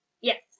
Yes